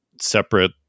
separate